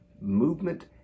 movement